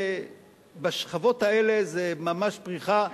בשכבות האלה יש ממש פריחה,